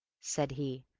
said he,